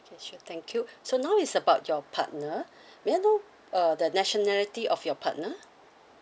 okay sure thank you so now is about your partner may I know uh the nationality of your partner